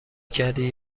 کردی